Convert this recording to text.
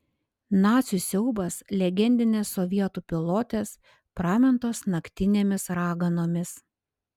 nacių siaubas legendinės sovietų pilotės pramintos naktinėmis raganomis